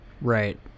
right